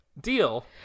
deal